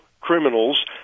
criminals